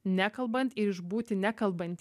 nekalbant išbūti nekalbant